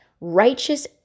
righteous